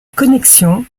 connexion